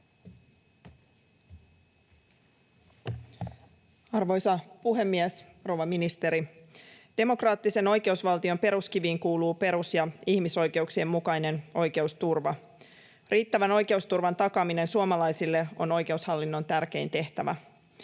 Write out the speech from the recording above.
Arvoisa puhemies! Rouva ministeri! Demokraattisen oikeusvaltion peruskiviin kuuluu perus‑ ja ihmisoikeuksien mukainen oikeusturva. Riittävän oikeusturvan takaaminen suomalaisille on oikeushallinnon tärkein tehtävä.